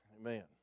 Amen